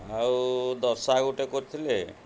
ଆଉ ଦୋସା ଗୋଟେ କରିଥିଲେ